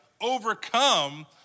overcome